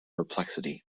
perplexity